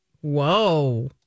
Whoa